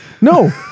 No